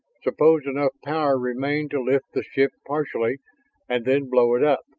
suppose enough power remained to lift the ship partially and then blow it up?